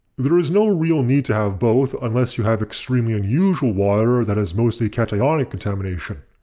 there is no real need to have both unless you have extremely unusual water that has mostly cationic contamination.